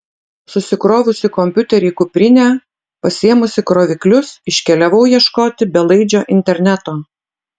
susikrovusi kompiuterį į kuprinę pasiėmusi kroviklius iškeliavau ieškoti belaidžio interneto